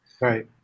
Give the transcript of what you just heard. Right